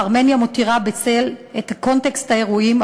אך ארמניה מותירה בצל את קונטקסט האירועים,